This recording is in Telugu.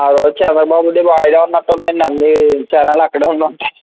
ఆ రోజు చంద్రబాబుది బాగా ఐడియా ఉన్నటు ఉందండీ అన్నీ ఛానెళ్ళు అక్కడే ఉండుంటాయి